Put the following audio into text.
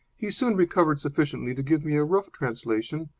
he soon recovered sufficiently to give me a rough translation,